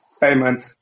payment